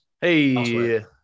Hey